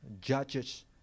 judges